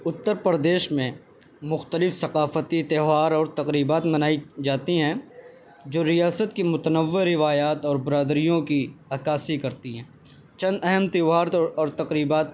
اتر پردیش میں مختلف ثقافتی تہوار اور تقریبات منائی جاتی ہیں جو ریاست کی متنوع روایات اور برادریوں کی عکاسی کرتی ہیں چند اہم تہوار اور تقریبات